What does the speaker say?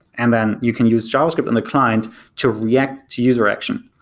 and then you can use javascript on the client to react to user action.